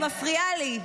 את מפריעה לי.